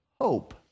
hope